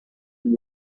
and